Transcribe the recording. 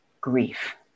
grief